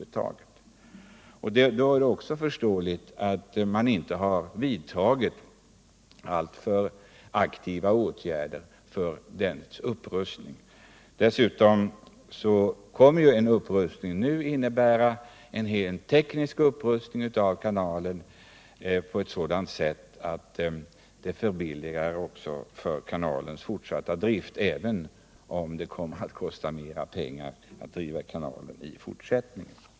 Det är därför förståeligt att bolaget inte har varit särskilt aktivt när det gäller underhållet. Dessutom kommer en upprustning nu att innebära en teknisk förbättring av kanalen på ett sådant sätt att den fortsatta driften förbilligas, även om det kommer att kosta mera pengar att driva kanalen i fortsättningen.